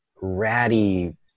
ratty